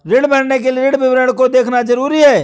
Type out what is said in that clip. ऋण भरने के लिए ऋण विवरण को देखना ज़रूरी है